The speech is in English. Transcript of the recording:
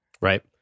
Right